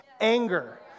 anger